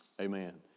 Amen